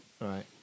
Right